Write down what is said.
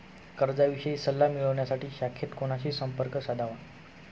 कर्जाविषयी सल्ला मिळवण्यासाठी शाखेत कोणाशी संपर्क साधावा?